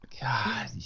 God